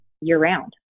year-round